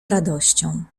radością